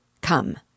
Come